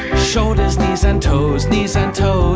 shoulders, knees and toes. knees and toes